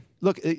Look